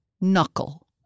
Knuckle